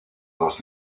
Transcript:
los